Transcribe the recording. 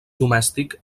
domèstic